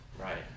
Right